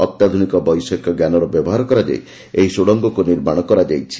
ଅତ୍ୟାଧୁନିକ ବୈଷୟକିଜ୍ଞାନର ବ୍ୟବହାର କରାଯାଇ ଏହି ସୁଡ଼ଙ୍ଗକୁ ନିର୍ମାଣ କରାଯାଇଛି